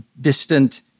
distant